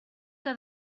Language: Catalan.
que